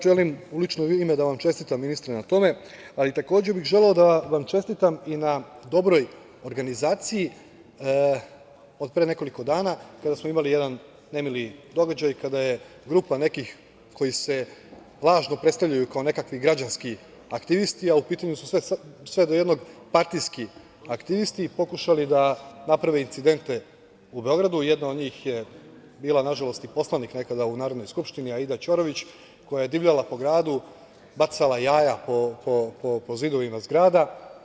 Želim u lično ime da vam čestitam ministre na tome, ali takođe bih želeo da vam čestitam i na dobroj organizaciji od pre nekoliko dana, kada smo imali jedan nemili događaj, kada je grupa nekih koji se lažno predstavljaju kao nekakvi građanski aktivisti, a u pitanju su sve do jednog partijski aktivisti, pokušali da naprave incidente u Beogradu, jedna od njih je bila nažalost i poslanik u Narodnoj skupštini, Aida Ćorović, koja je divljala po gradu, bacala jaja po zidovima zgrada.